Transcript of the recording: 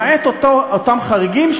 למעט אותם חריגים,